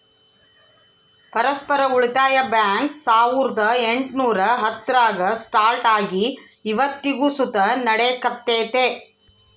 ಪರಸ್ಪರ ಉಳಿತಾಯ ಬ್ಯಾಂಕ್ ಸಾವುರ್ದ ಎಂಟುನೂರ ಹತ್ತರಾಗ ಸ್ಟಾರ್ಟ್ ಆಗಿ ಇವತ್ತಿಗೂ ಸುತ ನಡೆಕತ್ತೆತೆ